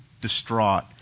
distraught